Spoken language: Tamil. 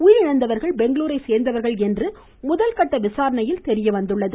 உயிரிழந்தவர்கள் பெங்களுரை சேர்ந்தவர்கள் என்று முதல்கட்ட விசாரணையில் தெரியவந்துள்ளது